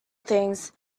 things